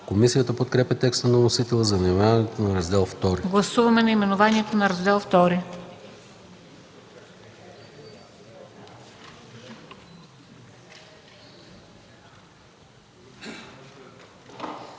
Комисията подкрепя текста на вносителя за наименованието на Раздел ІV.